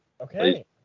Okay